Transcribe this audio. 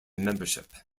membership